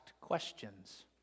questions